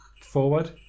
forward